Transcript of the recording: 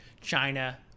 China